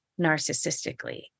narcissistically